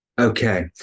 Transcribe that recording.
Okay